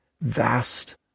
vast